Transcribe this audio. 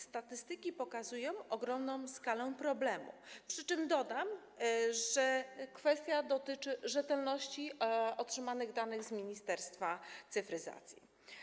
Statystyki pokazują ogromną skalę problemu, przy czym dodam, że kwestia dotyczy rzetelności danych otrzymanych z Ministerstwa Cyfryzacji.